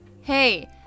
Hey